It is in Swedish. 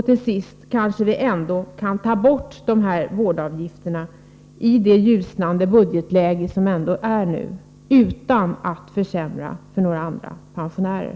Till sist: Kanske vi ändå kan ta bort de differentierade vårdavgifterna i det ljusnande budgetläge som råder, utan att försämra för några andra pensionärer.